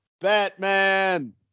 Batman